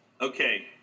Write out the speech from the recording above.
Okay